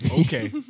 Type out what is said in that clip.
Okay